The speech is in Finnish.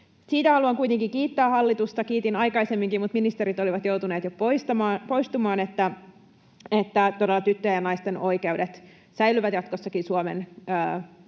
Siitä haluan kuitenkin kiittää hallitusta — kiitin aikaisemminkin, mutta ministerit olivat joutuneet jo poistumaan — että todella tyttöjen ja naisten oikeudet säilyvät jatkossakin Suomen ulko-